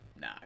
nah